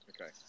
okay